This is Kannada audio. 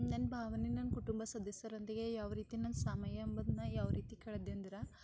ನನ್ನ ಭಾವನೆ ನನ್ನ ಕುಟುಂಬ ಸದಸ್ಯರೊಂದಿಗೆ ಯಾವ ರೀತಿ ನನ್ನ ಸಮಯ ಎಂಬುದನ್ನ ಯಾವ ರೀತಿ ಕಳೆದೆ ಅಂದ್ರೆ